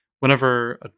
Whenever